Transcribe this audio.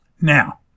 Now